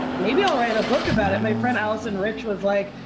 maybe i'll write a book about it. my friend alison rich was like,